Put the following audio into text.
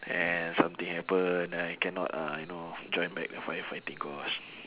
and something happen I cannot uh I know join back the firefighting course